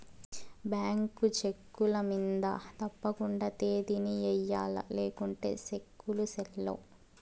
bank చెక్కుల మింద తప్పకండా తేదీని ఎయ్యల్ల లేకుంటే సెక్కులు సెల్లవ్